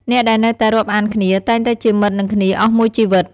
អ្នកដែលនៅតែរាប់អានគ្នា តែងតែជាមិត្តនឹងគ្នាអស់មួយជីវិត។